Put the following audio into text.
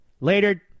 Later